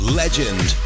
legend